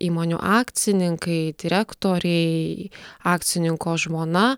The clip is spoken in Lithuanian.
įmonių akcininkai direktoriai akcininko žmona